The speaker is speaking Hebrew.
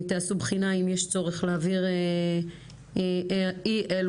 תעשו בחינה אם יש צורך להבהיר אי אילו